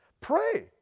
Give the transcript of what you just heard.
pray